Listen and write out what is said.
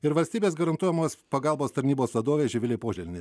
ir valstybės garantuojamos pagalbos tarnybos vadovė živilė poželienė